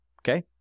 Okay